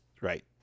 right